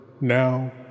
Now